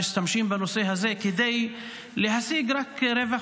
משתמשים בנושא הזה רק כדי להשיג רווח